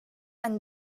han